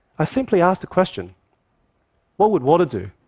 i simply ask the question what would water do?